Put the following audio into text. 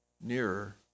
nearer